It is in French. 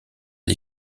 des